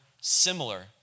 similar